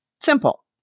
Simple